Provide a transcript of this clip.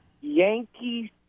Yankees